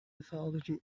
mythology